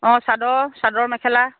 অঁ চাদৰ চাদৰ মেখেলা